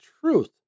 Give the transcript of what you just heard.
truth